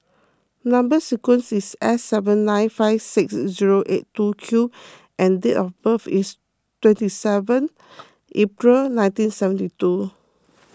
Number Sequence is S seven nine five six zero eight two Q and date of birth is twenty seventh April nineteen seventy two